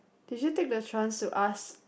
did you take the chance to ask